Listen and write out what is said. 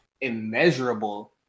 immeasurable